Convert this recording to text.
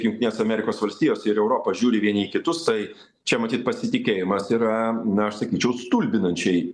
jungtinės amerikos valstijos ir europa žiūri vieni kitus tai čia matyt pasitikėjimas yra na aš sakyčiau stulbinančiai